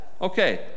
Okay